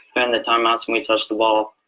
and the time as we touched the ball,